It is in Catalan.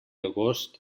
agost